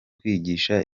kwigisha